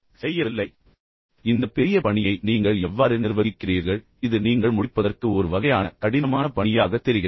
ஆனால் இந்த பெரிய பணியை நீங்கள் எவ்வாறு நிர்வகிக்கிறீர்கள் இது நீங்கள் முடிப்பதற்கு ஒரு வகையான கடினமான பணியாகத் தெரிகிறது